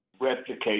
replication